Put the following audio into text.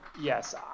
Yes